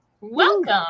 Welcome